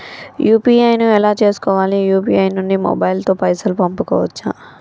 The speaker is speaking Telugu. యూ.పీ.ఐ ను ఎలా చేస్కోవాలి యూ.పీ.ఐ నుండి మొబైల్ తో పైసల్ పంపుకోవచ్చా?